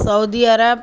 Saudi Arab